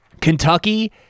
Kentucky